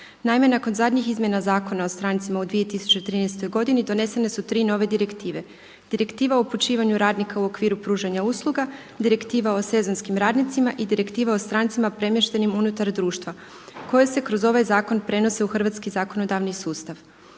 Naime, nakon zadnjih izmjena Zakona o strancima u 2013. godini donesene su tri nove direktive: direktiva o upućivanju radnika u okviru pružanja usluga, direktiva o sezonskim radnicima i direktiva o strancima premještenim unutar društva koje se kroz ovaj zakon prenose u hrvatski zakonodavni sustav.